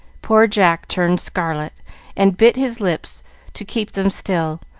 poor jack turned scarlet and bit his lips to keep them still,